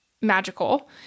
magical